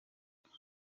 ariko